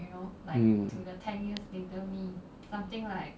mm